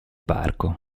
parco